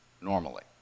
normally